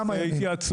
כמה ימים?